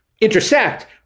intersect